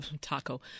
Taco